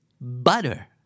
Butter